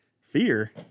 Fear